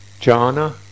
jhana